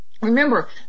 Remember